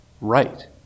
right